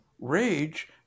rage